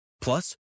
Plus